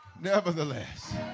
Nevertheless